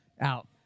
Out